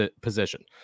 position